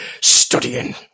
studying